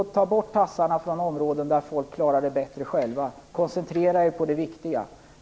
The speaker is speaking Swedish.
Ta bort tassarna från områden där folk klarar det bättre själva och koncentrera er på det viktiga!